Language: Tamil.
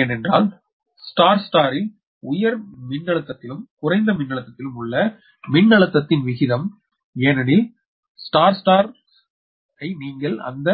ஏனெனில் நட்சத்திர நட்சத்திரத்தில் உயர் மின்னழுத்தத்திலும் குறைந்த மின்னழுத்தத்திலும் உள்ள மின்னழுத்தத்தின் விகிதம் ஏனெனில் நட்சத்திர நட்சத்திர வழக்கு நீங்கள் அந்த